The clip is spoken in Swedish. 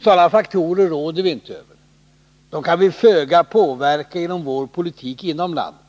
Sådana faktorer råder vi inte över. Dem kan vi föga påverka genom vår politik inom landet.